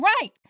right